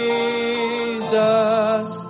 Jesus